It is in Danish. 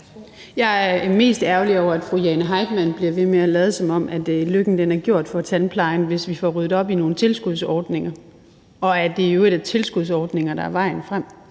Jeg er mest ærgerlig over, at fru Jane Heitmann bliver ved med at lade, som om lykken er gjort for tandplejen, hvis vi får ryddet op i nogle tilskudsordninger, og at det i øvrigt er tilskudsordninger, der er vejen frem.